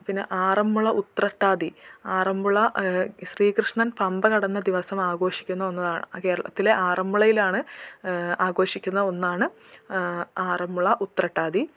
പിന്നെ ആറന്മുള ഉതൃട്ടാതി ആറന്മുള ശ്രീകൃഷ്ണൻ പമ്പ കടന്ന ദിവസം ആഘോഷിക്കുന്ന ഒന്നാണ് കേരളത്തിലെ ആറന്മുളയിലാണ് ആഘോഷിക്കുന്ന ഒന്നാണ് ആറന്മുള ഉതൃട്ടാതി